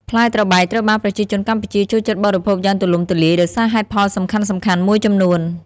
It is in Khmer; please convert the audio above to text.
ផ្លែត្របែក ត្រូវបានប្រជាជនកម្ពុជាចូលចិត្តបរិភោគយ៉ាងទូលំទូលាយដោយសារហេតុផលសំខាន់ៗមួយចំនួន។